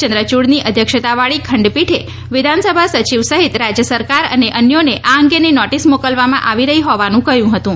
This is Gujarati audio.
ચંદ્રચુડની અધ્યક્ષતાવાળી ખંડપીઠે વિધાનસભા સચિવ સહિત રાજય સરકાર અને અન્યોને આ અંગેની નોટીસ મોકલવામાં આવી રહી હોવાનું કહ્યું હતું